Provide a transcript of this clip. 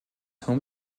home